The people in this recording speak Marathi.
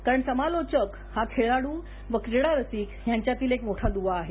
कारण समालोचक हा खेळाड़ आणि क्रीडारसिक यांच्यातील एक मोठा दवा आहे